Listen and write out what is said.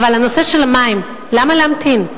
אבל הנושא של מים, למה להמתין?